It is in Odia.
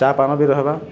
ଚା ପାନ ବି ରହିବା